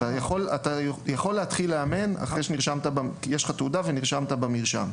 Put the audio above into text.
אתה יכול להתחיל לאמן אחרי שיש לך תעודה ונרשמת במרשם.